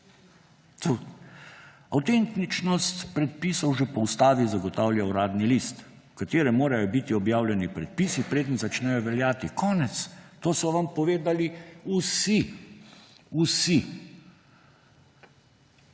Avtentičnost predpisov že po ustavi zagotavlja Uradni list, v katerem morajo biti objavljeni predpisi, preden začnejo veljati. Konec. To so vam povedali vsi. Vsi.